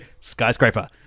skyscraper